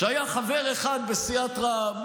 שהיה חבר אחד בסיעת רע"מ